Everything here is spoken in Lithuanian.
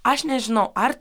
aš nežinau ar